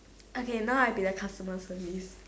okay now I be the customer service